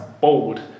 bold